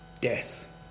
Death